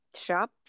shop